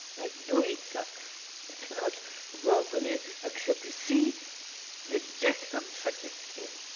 like do it, ah not verbally accept it. see the depth of such a thing.